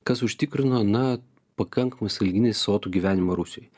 kas užtikrino na pakankamai sąlyginai sotų gyvenimą rusijoj